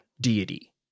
deity